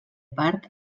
part